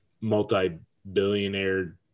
multi-billionaire